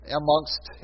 amongst